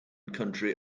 country